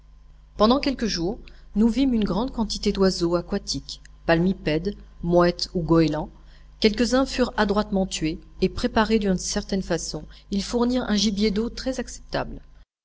pendant quelques jours nous vîmes une grande quantité d'oiseaux aquatiques palmipèdes mouettes ou goélands quelques-uns furent adroitement tués et préparés d'une certaine façon ils fournirent un gibier d'eau très acceptable